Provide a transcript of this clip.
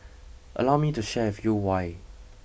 allow me to share with you why